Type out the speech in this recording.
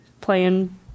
playing